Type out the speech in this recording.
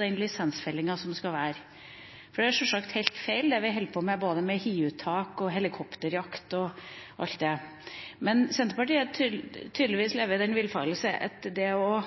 den lisensfellinga som skal være, for det er sjølsagt helt feil, det vi holder på med når det gjelder hiuttak, helikopterjakt osv. Men Senterpartiet lever tydeligvis i den villfarelse at det å